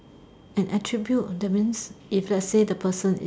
an attribute that means if let's say the person is